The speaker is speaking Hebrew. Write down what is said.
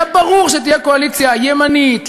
היה ברור שתהיה קואליציה ימנית,